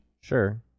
sure